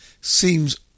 seems